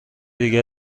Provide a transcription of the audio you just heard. دیگر